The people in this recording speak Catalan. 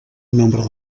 nombre